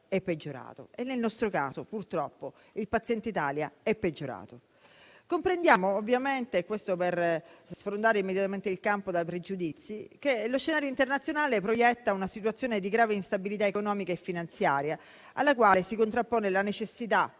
peggiorato e nel nostro caso, purtroppo, il paziente Italia è peggiorato. Comprendiamo ovviamente - per sgomberare immediatamente il campo da pregiudizi - che lo scenario internazionale proietta una situazione di grave instabilità economica e finanziaria alla quale si contrappone la necessità